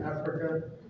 Africa